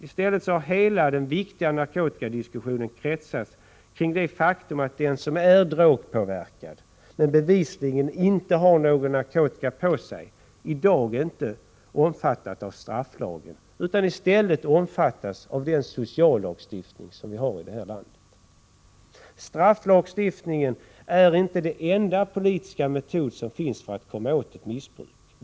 I stället har hela den viktiga narkotikadiskussionen kretsat kring det faktum att den som är drogpåverkad, men bevisligen inte har någon narkotika på sig, i dag inte omfattas av strafflagen utan i stället omfattas av den sociallagstiftning som vi har i detta land. Strafflagstiftningen är inte den enda politiska metod som finns för att komma åt ett missbruk.